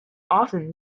often